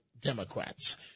Democrats